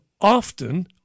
often